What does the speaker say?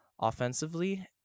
offensively